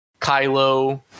Kylo